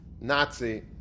Nazi